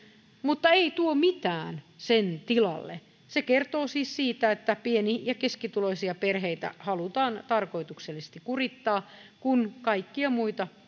mutta ei tuo mitään sen tilalle se kertoo siis siitä että pieni ja keskituloisia perheitä halutaan tarkoituksellisesti kurittaa kun kaikkia muita